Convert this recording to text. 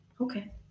Okay